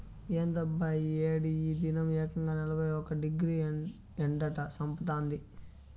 ఏందబ్బా ఈ ఏడి ఈ దినం ఏకంగా నలభై ఒక్క డిగ్రీ ఎండట చంపతాంది